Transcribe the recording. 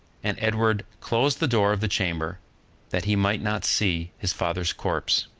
and edward closed the door of the chamber that he might not see his father's corpse.